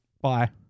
Bye